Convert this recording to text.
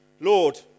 Lord